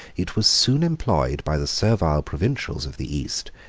it was soon employed by the servile provincials of the east,